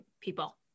people